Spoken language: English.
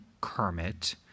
Kermit